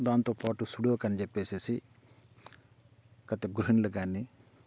దాంతో పాటు సుడోకు అని చెప్పి కాతే గృహణిలు కానీ